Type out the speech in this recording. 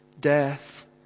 death